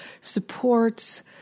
supports